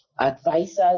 advisors